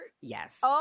Yes